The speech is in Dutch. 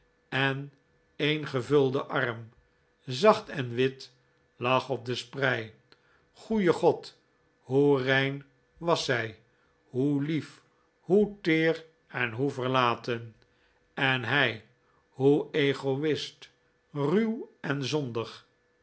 en een gevulde arm zacht en wit lag op de sprei goeie god hoe rein was zij hoe lief hoe teer en hoe verlaten en hij hoe egoist ruw en zondig